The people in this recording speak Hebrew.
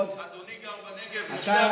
אדוני גר בנגב ונוסע בכבישי הנגב.